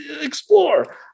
explore